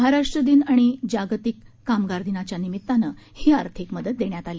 महाराष्ट्र दिन आणि जागतिक कामगार दिनाच्या निमितानं ही आर्थिक मदत देण्यात आली